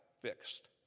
fixed